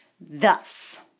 Thus